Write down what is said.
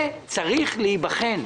זה צריך להיבחן.